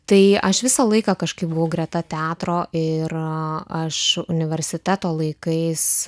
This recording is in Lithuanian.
tai aš visą laiką kažkaip buvau greta teatro ir aš universiteto laikais